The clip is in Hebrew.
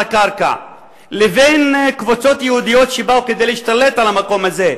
הקרקע לבין קבוצות יהודיות שבאו כדי להשתלט על המקום הזה,